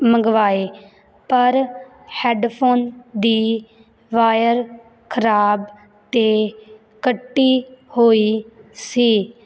ਮੰਗਵਾਏ ਪਰ ਹੈਡਫੋਨ ਦੀ ਵਾਇਰ ਖ਼ਰਾਬ ਅਤੇ ਕੱਟੀ ਹੋਈ ਸੀ